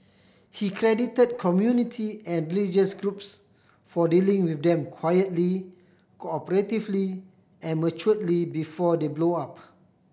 he credited community and religious groups for dealing with them quietly cooperatively and maturely before they blow up